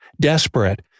Desperate